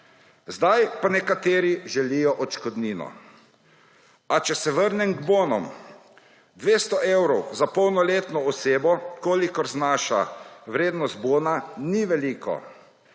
zdaj pa nekateri želijo odškodnino. A če se vrnem k bonom. 200 evrov za polnoletno osebo, kolikor znaša vrednost bona, ni veliko.